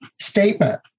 statement